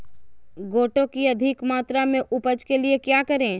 गोटो की अधिक मात्रा में उपज के लिए क्या करें?